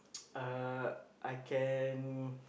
uh I can